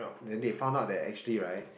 then they find out that actually right